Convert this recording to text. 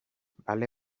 bale